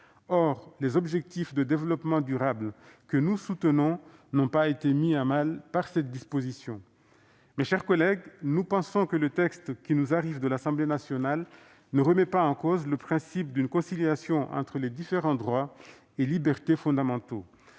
Or les objectifs de développement durable, que nous soutenons, n'ont pas été mis à mal par cette disposition. Mes chers collègues, nous pensons que le texte qui nous arrive de l'Assemblée nationale ne remet pas en cause le principe d'une conciliation entre les différents droits et libertés fondamentaux.